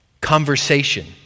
conversation